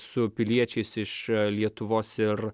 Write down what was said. su piliečiais iš lietuvos ir